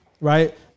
right